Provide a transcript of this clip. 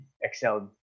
excelled